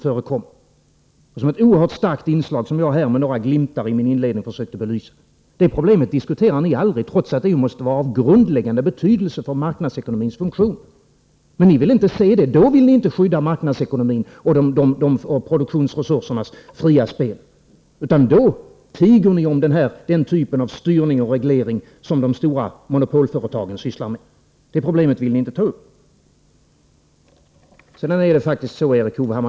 Det är ett oerhört starkt inslag, som jag med några glimtar försökte belysa i inledningen av mitt anförande. Det problemet diskuterar ni aldrig, trots att det måste vara av grundläggande betydelse för marknadsekonomins funktion. Men ni vill inte se det. Då vill ni inte skydda marknadsekonomin och produktionsresursernas fria spel. Då tiger ni om den typ av styrning och reglering som de stora monopolföretagen bedriver. Det problemet vill ni inte ta upp.